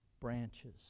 branches